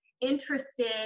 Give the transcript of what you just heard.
interested